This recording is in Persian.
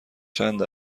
چند